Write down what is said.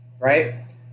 right